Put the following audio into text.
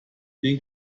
den